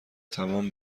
توان